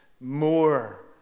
more